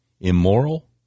immoral